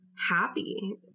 happy